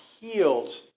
healed